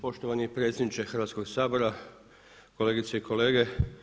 Poštovani predsjedniče Hrvatskoga sabora, kolegice i kolege.